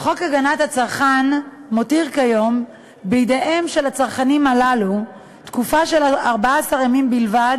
חוק הגנת הצרכן מותיר כיום בידיהם של הצרכנים הללו תקופה של 14 ימים בלבד